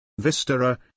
Vistara